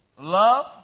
Love